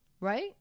right